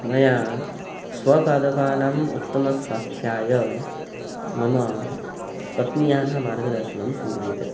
मया स्वपादपानाम् उत्तमस्वास्थ्याय मम पत्न्याः मार्गदर्शनं स्वीक्रियते